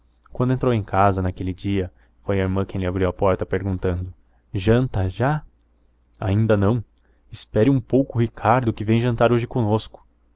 quando entrou em casa naquele dia foi a irmã quem lhe abriu a porta perguntando janta já ainda não espere um pouco o ricardo que vem jantar hoje conosco